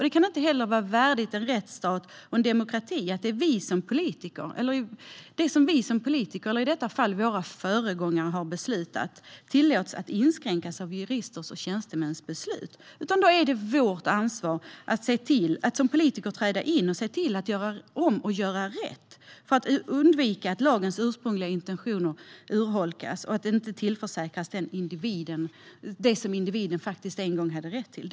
Det kan inte heller vara värdigt en rättsstat och demokrati att det som vi politiker - eller i detta fall våra föregångare - har beslutat tillåts att inskränkas av juristers och tjänstemäns beslut. Då är det vårt ansvar att som politiker träda in och se till att göra om och göra rätt. Detta handlar om att undvika att lagens ursprungliga intentioner urholkas och att individen tillförsäkras det som den har rätt till.